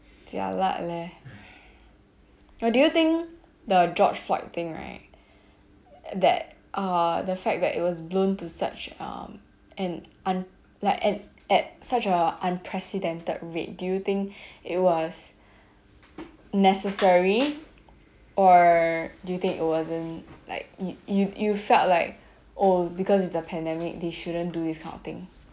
jialat leh do you think the george floyd thing right that err the fact that it was blown to such um an un~ like an at such a unprecedented rate do you think it was necessary or do you think it wasn't like you you you felt like oh because it's a pandemic they shouldn't do this kind of thing